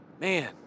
Man